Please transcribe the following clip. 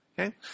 okay